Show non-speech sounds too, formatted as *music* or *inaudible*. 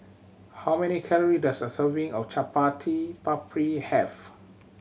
how many calorie does a serving of Chaat *unintelligible* Papri have